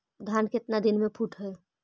धान केतना दिन में फुट है?